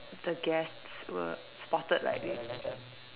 the guests were spotted like this